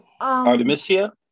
Artemisia